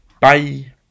Bye